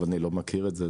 אני לא מכיר את זה,